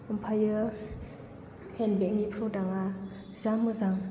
ओमफ्रायो हेन्द बेग नि प्रदाक्ट आ जा मोजां